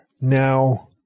Now